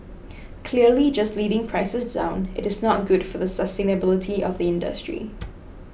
clearly just leading prices down it is not good for the sustainability of the industry